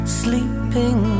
sleeping